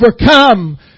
overcome